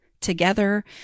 together